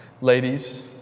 Ladies